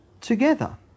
together